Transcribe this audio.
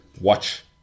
watch